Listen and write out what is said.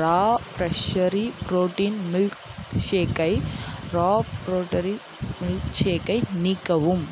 ரா ஃப்ரெஷ்ஷரி protein milk ஷேக்கை raw ப்ரோட்டரி மில்க் ஷேக்கை நீக்கவும்